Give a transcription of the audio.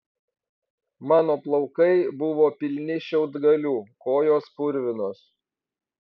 mano plaukai buvo pilni šiaudgalių kojos purvinos